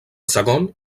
segon